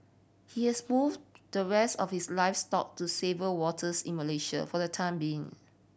he has moved the rest of his livestock to safer waters in Malaysia for the time being